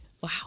Wow